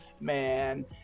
man